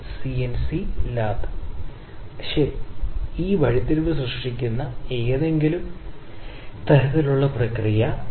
ഒരു സാഹചര്യം ഉണ്ടാകരുത് അതിർത്തി രേഖയിലെ അളവുകൾക്കും ഉൽപ്പന്നത്തിനും മിക്ക അളവുകളും നേടാൻ കഴിയില്ല കേസുകൾ